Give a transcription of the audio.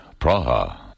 Praha